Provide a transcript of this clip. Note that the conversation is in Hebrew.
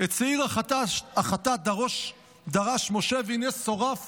"ואת שעיר החטאת דָרֹשׁ דָּרַשׁ משה והנה שֹׂרָף